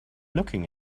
looking